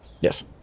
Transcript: Yes